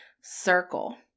Circle